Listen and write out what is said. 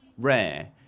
rare